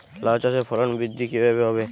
লাউ চাষের ফলন বৃদ্ধি কিভাবে হবে?